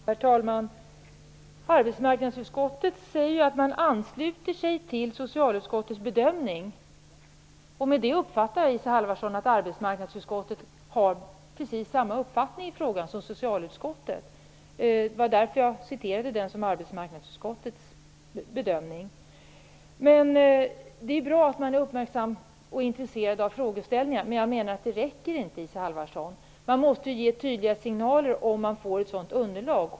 Herr talman! Arbetsmarknadsutskottet säger att man ansluter sig till socialutskottets bedömning. Detta uppfattar jag som att arbetsmarknadsutskottet har precis samma uppfattning i frågan som socialutskottet. Det var därför jag citerade detta såsom arbetsmarknadsutskottets bedömning. Det är bra att man är uppmärksam och intresserad av frågan, men det räcker inte, Isa Halvarsson. Man måste ge tydliga signaler om att man vill ha ett underlag.